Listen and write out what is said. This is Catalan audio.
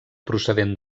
procedent